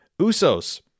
Usos